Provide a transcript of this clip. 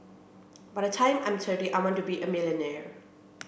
by the time I'm thirty I want to be a millionaire